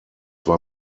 war